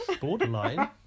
Borderline